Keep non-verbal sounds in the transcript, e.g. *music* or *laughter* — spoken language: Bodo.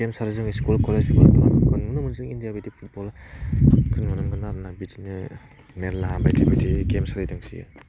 भेनसार जोंनि स्कुल कलेज *unintelligible* खुन्नु मोनसे इण्डिया बायदि फुटबलखौ नुनो मोनो आरो ना बिदिनो मेरला बायदि बायदि गेम सालायदों होनजायो